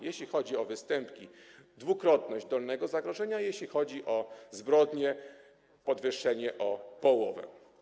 Jeśli chodzi o występki - dwukrotność dolnego zagrożenia, jeśli chodzi o zbrodnie - podwyższenie o połowę.